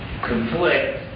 conflict